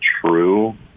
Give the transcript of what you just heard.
true